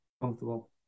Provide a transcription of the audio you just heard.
comfortable